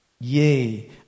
Yea